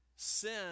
sin